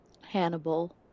Hannibal